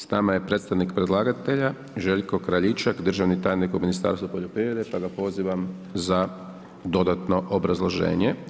S nama je predstavnik predlagatelja Željko Kraljičak, državni tajnik u Ministarstvu poljoprivrede, pa ga pozivam za dodatno obrazloženje.